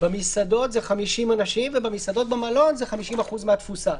במסעדות זה 50 אנשים ובמסעדות במלון זה 50 אחוזים מהתפוסה.